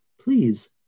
Please